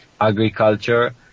agriculture